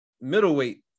middleweight